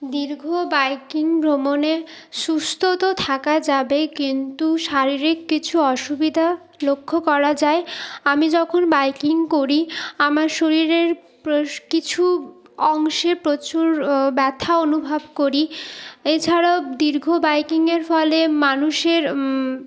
দীর্ঘ বাইকিং ভ্রমণে সুস্থ তো থাকা যাবেই কিন্তু শারীরিক কিছু অসুবিধা লক্ষ্য করা যায় আমি যখন বাইকিং করি আমার শরীরের প্রশ কিছু অংশে প্রচুর ব্যথা অনুভব করি এছাড়াও দীর্ঘ বাইকিংয়ের ফলে মানুষের